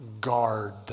guard